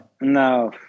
No